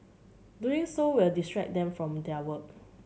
doing so will distract them from their work